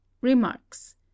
remarks